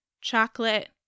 chocolate